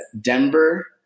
Denver –